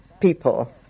people